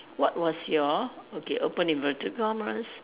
what was your okay open inverted commas